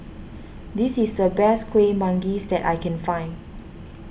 this is the best Kuih Manggis that I can find